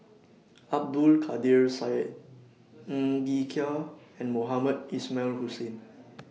Abdul Kadir Syed Ng Bee Kia and Mohamed Ismail Hussain